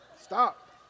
Stop